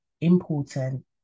important